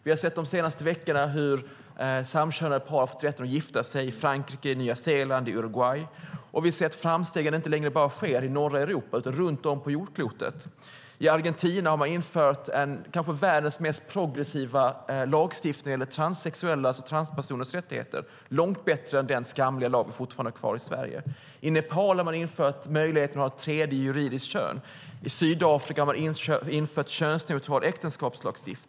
Vi har sett de senaste veckorna hur samkönade par har fått rätt att gifta sig i Frankrike, Nya Zeeland och Uruguay. Vi har sett framsteg inte bara i norra Europa utan runt om på jordklotet. I Argentina har man infört kanske världens kanske mest progressiva lagstiftning gällande transpersoners rättigheter, långt bättre än den skamliga lag som vi fortfarande har kvar i Sverige. I Nepal har man infört möjligheten att ha ett tredje juridiskt kön. I Sydafrika har man infört en könsneutral äktenskapslag.